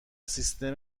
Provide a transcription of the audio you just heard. سیستم